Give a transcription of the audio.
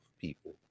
people